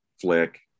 flick